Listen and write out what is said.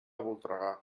voltregà